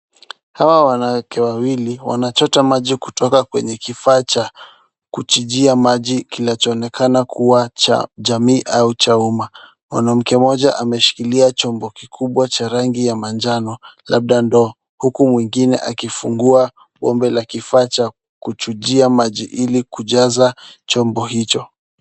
Hawa wanawake wawili wanachota maji kutoka kwenye kifaa cha kuchujia maji kinachoonekana kuwa cha jamii au cha umma. Mwanamke mmoja ameshikilia chombo kikubwa cha rangi ya manjano labda ndoo, huku mwingine akifungua bombe la kifaa cha kuchujia maji ili kujaza chombo hicho.